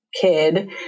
kid